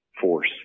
force